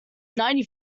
ninety